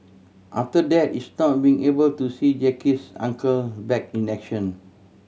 after that is not being able to see Jackie's Uncle back in action